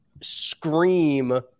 scream